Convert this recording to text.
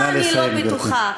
אני לא בטוחה.